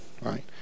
Right